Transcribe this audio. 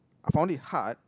I found it hard